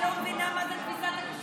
היא לא מבינה מה זה תפיסת הקישוריות.